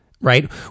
right